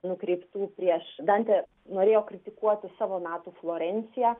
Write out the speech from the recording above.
nukreiptų prieš dantė norėjo kritikuoti savo metų florenciją